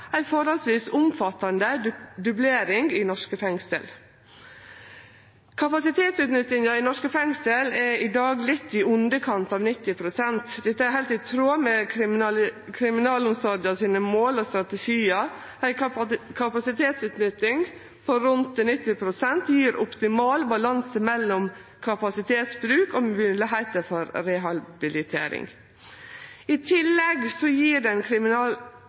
ei forholdsvis omfattande dublering i norske fengsel. Kapasitetsutnyttinga i norske fengsel er i dag på litt i underkant av 90 pst. Dette er heilt i tråd med kriminalomsorga sine mål og strategiar. Ei kapasitetsutnytting på rundt 90 pst. gjev optimal balanse mellom kapasitetsbruk og moglegheiter for rehabilitering. I tillegg